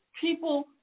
people